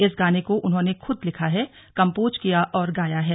इस गाने को उन्होंने खुद लिखा है कम्पोज किया है और गाया है